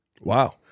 Wow